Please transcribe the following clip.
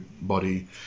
body